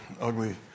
ugly